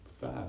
five